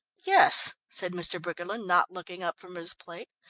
yes, said mr. briggerland, not looking up from his plate,